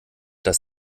das